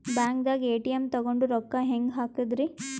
ಬ್ಯಾಂಕ್ದಾಗ ಎ.ಟಿ.ಎಂ ತಗೊಂಡ್ ರೊಕ್ಕ ಹೆಂಗ್ ಹಾಕದ್ರಿ?